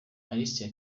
alicia